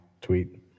Tweet